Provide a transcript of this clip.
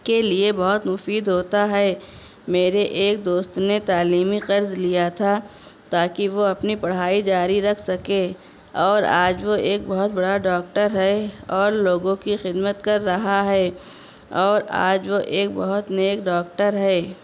کے لیے بہت مفید ہوتا ہے میرے ایک دوست نے تعلیمی قرض لیا تھا تاکہ وہ اپنی پڑھائی جاری رکھ سکے اور آج وہ ایک بہت بڑا ڈاکٹر ہے اور لوگوں کی خدمت کر رہا ہے اور آج وہ ایک بہت نیک ڈاکٹر ہے